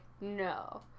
no